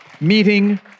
Meeting